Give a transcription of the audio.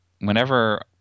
whenever